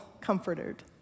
comforted